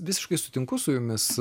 visiškai sutinku su jumis